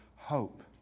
Hope